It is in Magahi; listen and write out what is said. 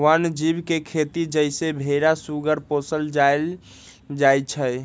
वन जीव के खेती जइसे भेरा सूगर पोशल जायल जाइ छइ